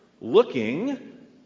looking